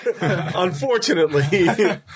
Unfortunately